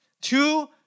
two